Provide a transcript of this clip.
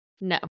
No